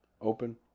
Open